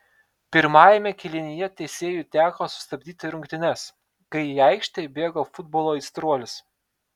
pirmajame kėlinyje teisėjui teko sustabdyti rungtynes kai į aikštę įbėgo futbolo aistruolis